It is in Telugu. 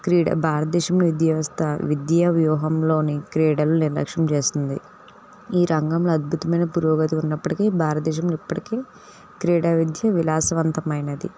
క్రీడా భారతదేశంలో విద్యా వ్యవస్థ విద్యా వ్యూహంలోని క్రీడలని నిర్లక్ష్యం చేస్తుంది ఈ రంగంలో అద్భుతమైన పురోగతి ఉన్నప్పటికీ భారతదేశం ఇప్పటికీ క్రీడా విద్య విలాసవంతమైనది